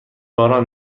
باران